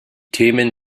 themen